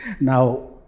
Now